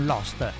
Lost